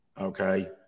okay